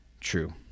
true